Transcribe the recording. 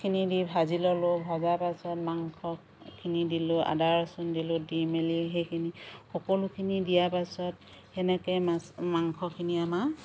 খিনি দি ভাজি ললোঁ ভজা পাছত মাংস খিনি দিলোঁ আদা ৰচুন দিলোঁ দি মেলি সেইখিনি সকলোখিনি দিয়া পাছত সেনেকৈ মাছ মাংসখিনি আমাৰ